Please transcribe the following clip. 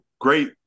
great